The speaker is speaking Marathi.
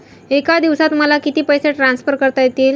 एका दिवसात मला किती पैसे ट्रान्सफर करता येतील?